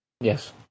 Yes